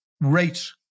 rate